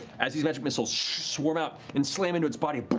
as these magic missiles swarm out and slam into its body, but